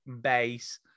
base